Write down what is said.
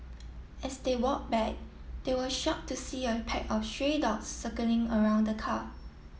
as they walk back they were shocked to see a pack of stray dogs circling around the car